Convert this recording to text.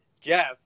jeff